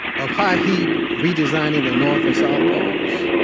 of high heat redesigning the north and south poles.